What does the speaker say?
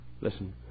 Listen